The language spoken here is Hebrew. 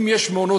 אם יש מעונות-יום,